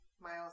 miles